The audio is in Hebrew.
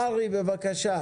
ארי מלניק, אתה דובר אחרון.